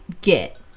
get